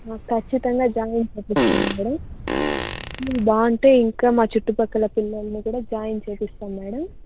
ఖచ్చితంగా జాయిన్ చేపిస్తాము మ్యాడం బాగుంటే ఇంకా మా చుట్టుపక్కల పిల్లల్ని కూడా జాయిన్ చేపిస్తాము మ్యాడం